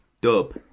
Dub